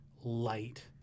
light